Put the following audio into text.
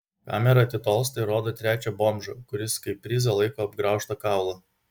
kamera atitolsta ir rodo trečią bomžą kuris kaip prizą laiko apgraužtą kaulą